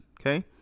Okay